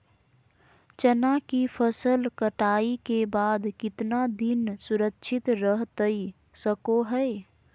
चना की फसल कटाई के बाद कितना दिन सुरक्षित रहतई सको हय?